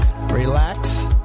relax